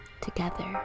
together